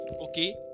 okay